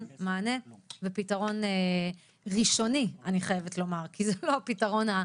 מענה ופתרון ראשוני אני חייבת לומר כי זה לא הפתרון,